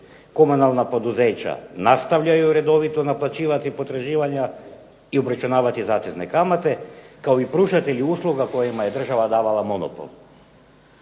Komunalna poduzeća nastavljaju redovito naplaćivati potraživanja i obračunavati zatezne kamate, kao i pružatelji usluga kojima je država davala monopol.